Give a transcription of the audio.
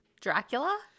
Dracula